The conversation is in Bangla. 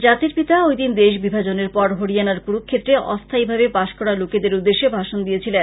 জাতির পিতা ঐদিন দেশ বিভাজনের পর হরিয়ানার কুরুক্ষেত্রে অস্থায়ীভাবে বাস করা লোকেদের উদ্দেশ্যে ভাষন দিয়েছিলেন